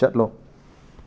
ꯆꯠꯂꯣ